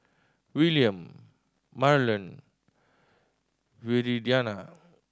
Wiliam Marlen Viridiana